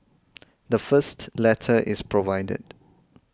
the first letter is provided